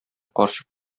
карчык